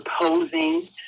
proposing